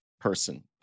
person